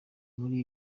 muri